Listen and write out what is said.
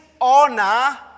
honor